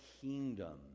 kingdom